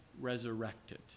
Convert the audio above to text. resurrected